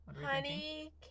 honey